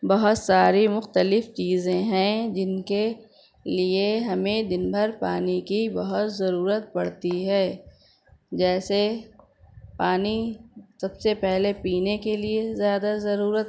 بہت ساری مختلف چیزیں ہیں جن کے لیے ہمیں دن بھر پانی کی بہت ضرورت پڑتی ہے جیسے پانی سب سے پہلے پینے کے لیے زیادہ ضرورت